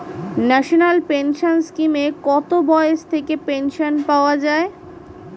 National pension স্কিমে কত বয়স থেকে পেনশন পাওয়া যায়?